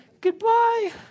goodbye